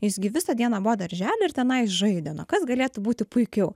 jis gi visą dieną buvo daržely ir tenai žaidė na kas galėtų būti puikiau